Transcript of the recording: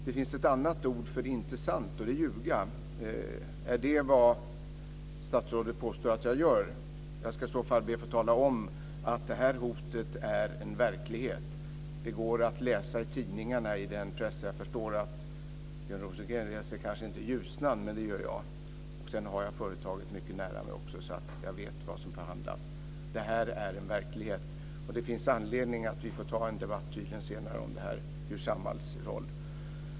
Det finns ett annat uttryck för "inte sant" och det är "ljuga". Är det vad statsrådet påstår att jag gör? Jag ska i så fall be att få tala om att det här hotet är en verklighet. Det går att läsa om i tidningarna. Jag förstår att Björn Rosengren kanske inte läser Ljusnan, men det gör jag. Dessutom har jag företaget mycket nära mig, så jag vet vad det handlar om. Det här är en verklighet. Det är tydligt att det finns anledning att ta en debatt senare om Samhalls roll.